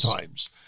times